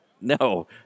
No